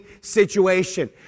situation